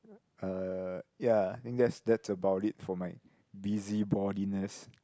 uh ya I think that's that's about it for my busybodyness